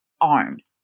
arms